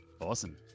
Awesome